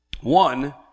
One